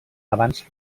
abans